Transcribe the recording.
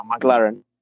McLaren